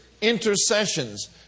intercessions